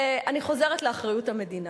ואני חוזרת לאחריות המדינה.